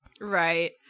Right